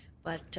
but